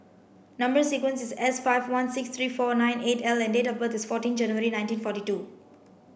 number sequence is S five one six three four nine eight L and date of birth is fourteen January nineteen forty two